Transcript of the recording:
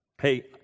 Hey